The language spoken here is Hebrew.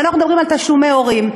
ואנחנו מדברים על תשלומי הורים.